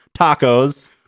tacos